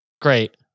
great